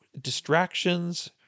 distractions